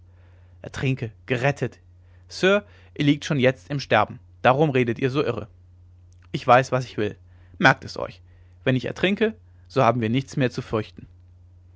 ertrinke gerettet sir ihr liegt schon jetzt im sterben darum redet ihr so irre ich weiß was ich will merkt es euch wenn ich ertrinke so haben wir nichts mehr zu fürchten